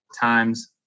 times